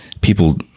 people